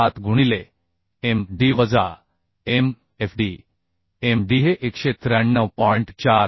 087 गुणिले m d वजा m f d m d हे 193